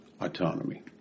Autonomy